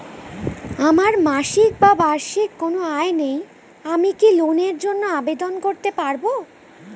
আমার মাসিক বা বার্ষিক কোন আয় নেই আমি কি লোনের জন্য আবেদন করতে পারব?